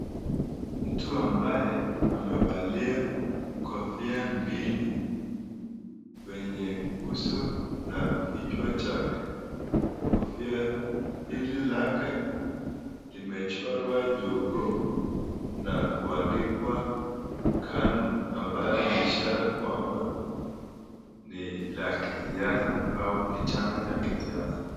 Mtu ambaye amevalia kofia mbili kwenye uso na kichwa chake. Kufia hili lake limechorwa jogoo nakuandikwa KANU ambaye niishara kwaba nilakisiasa ama ni chama cha kisiasa.